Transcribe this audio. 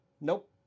Nope